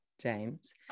james